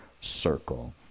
circle